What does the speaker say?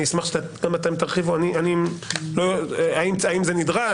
אני אשמח שגם אתם תרחיבו האם זה נדרש,